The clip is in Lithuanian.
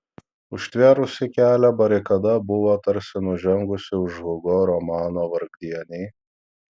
užtvėrusi kelią barikada buvo tarsi nužengusi iš hugo romano vargdieniai